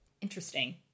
Interesting